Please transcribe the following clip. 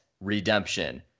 redemption